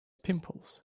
pimples